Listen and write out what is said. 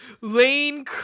Lane